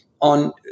on